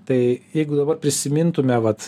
tai jeigu dabar prisimintume vat